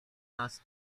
nas